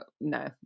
no